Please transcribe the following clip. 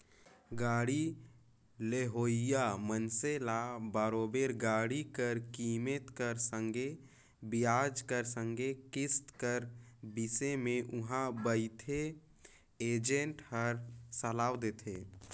गाड़ी लेहोइया मइनसे ल बरोबेर गाड़ी कर कीमेत कर संघे बियाज कर संघे किस्त कर बिसे में उहां बइथे एजेंट हर सलाव देथे